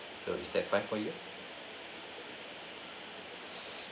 so is that fine for you